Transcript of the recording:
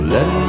Let